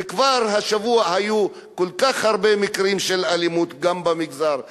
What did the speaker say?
וכבר השבוע היו כל כך הרבה מקרים של אלימות גם במגזר היהודי.